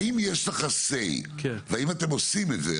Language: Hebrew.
האם יש לך "סיי" והאם אתם עושים את זה,